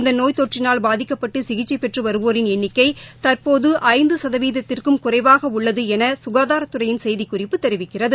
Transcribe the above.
இந்தநோய் தொற்றினால் பாதிக்கப்பட்டுசிகிச்சைபெற்றுவருவோரின் எண்ணிக்கைதற்போதுஐந்துசதவீதத்திற்கும் குறைவாகஉள்ளதுஎனசுகாதாரத்துறையின் செய்திக்குறிப்பு தெரிவிக்கிறது